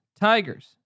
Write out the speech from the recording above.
Tigers